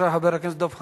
חבר הכנסת דב חנין,